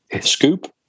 Scoop